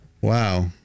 wow